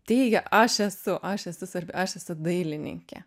teigia aš esu aš esu svarbi aš esu dailininkė